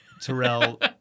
Terrell